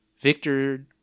Victor